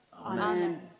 Amen